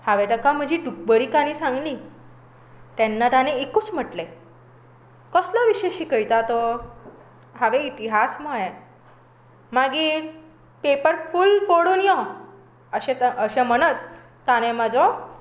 हांवें ताका म्हजी दुखभरी काणी सांगली तेन्ना ताणीं एकूच म्हणलें कसलो विशय शिकयता तो हांवें इतिहास म्हळें मागीर पेपर फूल फोडून यो अशें म्हणत ताणें म्हजो